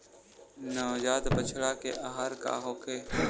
नवजात बछड़ा के आहार का होखे?